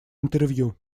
интервью